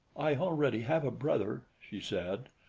i already have a brother, she said,